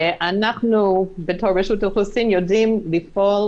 אנחנו בתור רשות האוכלוסין יודעים לפעול